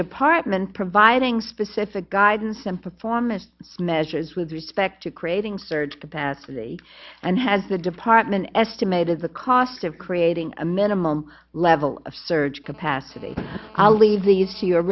department providing specific guidance and performance measures with respect to creating surge capacity and has the department estimated the cost of creating a minimum level of surge capacity i'll leave these